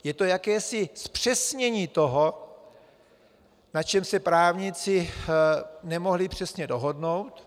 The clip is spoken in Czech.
Je to jakési zpřesnění toho, na čem se právníci nemohli přesně dohodnout.